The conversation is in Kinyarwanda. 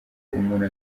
umuntu